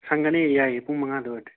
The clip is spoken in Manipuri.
ꯁꯪꯒꯅꯤ ꯌꯥꯏꯌꯦ ꯄꯨꯡ ꯃꯉꯥꯗ ꯑꯣꯏꯔꯗꯤ